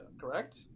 Correct